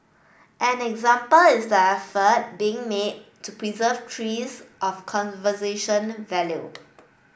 an example is the effort being made to preserve trees of conversation value